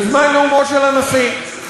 בזמן נאומו של הנשיא.